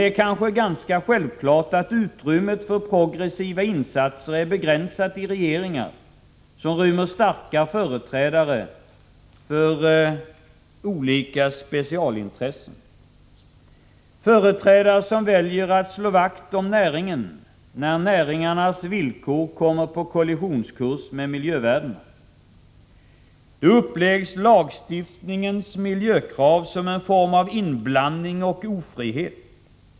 Det är ganska självklart att utrymmet för progressiva insatser är begränsat i regeringar som rymmer starka företrädare för olika specialintressen, företrädare som väljer att slå vakt om näringen när näringarnas villkor kommer på kollisionskurs med miljövärdena. Då upplevs lagstiftningens miljökrav som en form av inblandning och ofrihet.